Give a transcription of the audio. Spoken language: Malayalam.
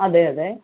അതെ അതെ